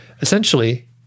essentially